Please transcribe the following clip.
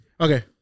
okay